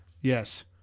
Yes